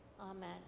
Amen